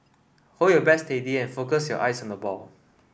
hold your bat steady and focus your eyes on the ball